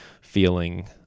feeling